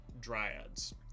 dryads